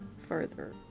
further